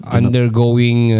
undergoing